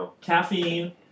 Caffeine